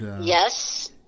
Yes